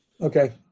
okay